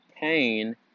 pain